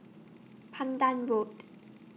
Pandan Road